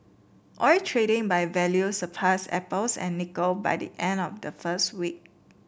oil trading by value surpassed apples and nickel by the end of the first week